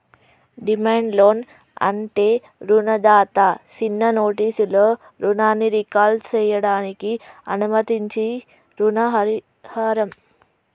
demand loan అంటే రుణదాత సిన్న నోటీసులో రుణాన్ని రీకాల్ సేయడానికి అనుమతించించీ రుణ పరిహారం